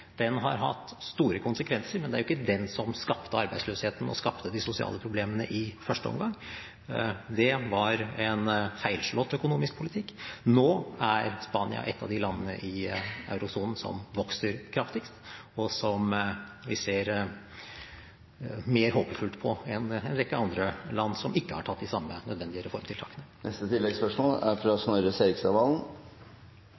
Den har hatt store konsekvenser, men det er jo ikke den som skapte arbeidsløsheten, og som skapte de sosiale problemene i første omgang. Det var en feilslått økonomisk politikk. Nå er Spania et av de landene i eurosonen som vokser kraftigst, og som vi ser mer håpefullt på enn en rekke andre land, som ikke har hatt de samme nødvendige reformtiltakene. Snorre Serigstad Valen – til oppfølgingsspørsmål. Storbritannia er